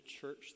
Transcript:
church